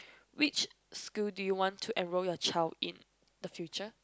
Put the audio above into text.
which school do you want to enroll your child in the future